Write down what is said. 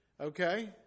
Okay